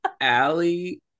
Allie